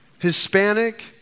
Hispanic